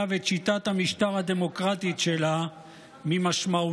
ואת שיטת המשטר הדמוקרטית שלה ממשמעותן,